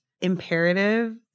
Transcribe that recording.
imperative